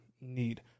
need